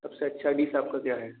सबसे अच्छा डिश आपकी क्या है